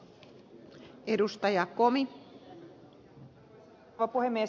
arvoisa rouva puhemies